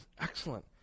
Excellent